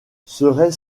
serait